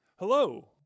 Hello